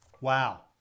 Wow